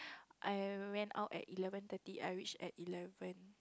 I went out at eleven thirty I reached at eleven